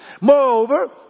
Moreover